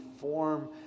form